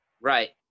Right